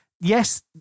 Yes